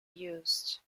used